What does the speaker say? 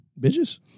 Bitches